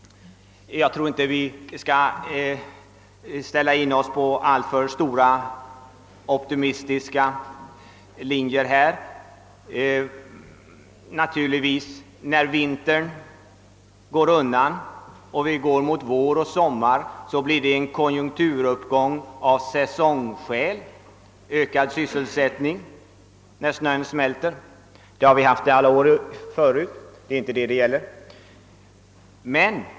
Jag tror inte vi bör ställa in oss på alltför optimistiska linjer, ty när vintern är över och vi åter går mot vår och sommar blir det naturligtvis en konjunkturuppgång med ökad sysselsättning — av säsongskäl: det blir alltid ökad sysselsättning när snön smälter; det har det varit alla år tidigare också. Det är inte detta det här gäller.